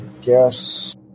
guess